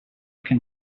can